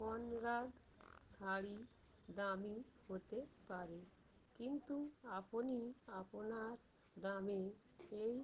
কর্নাড শাড়ি দামি হতে পারে কিন্তু আপনি আপনার দামে এই